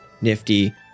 Nifty